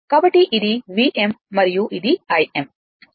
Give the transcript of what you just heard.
కాబట్టి ఇది Vm మరియు ఇది Im